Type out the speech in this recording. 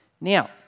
Now